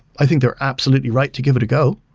i think they're absolutely right to give it a go.